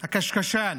הקשקשן